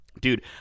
Dude